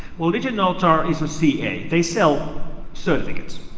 well, diginotar is a ca. they sell certificates.